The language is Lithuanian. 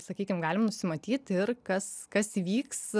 sakykim galim nusimatyt ir kas kas įvyks